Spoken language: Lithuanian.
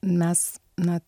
mes na